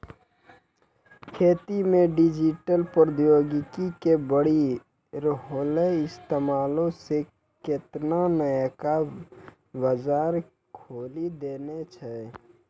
खेती मे डिजिटल प्रौद्योगिकी के बढ़ि रहलो इस्तेमालो से केतना नयका बजार खोलि देने छै